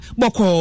boko